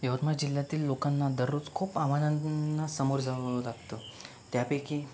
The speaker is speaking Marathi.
यवतमाळ जिल्ह्यातील लोकांना दररोज खूप आव्हानांना सामोरं जावं लागतं त्यापैकी